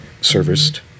serviced